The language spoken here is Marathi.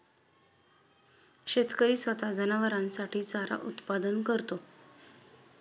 शेतकरी स्वतः जनावरांसाठी चारा उत्पादन करतो